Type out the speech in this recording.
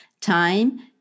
Time